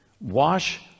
Wash